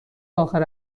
آخر